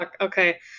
Okay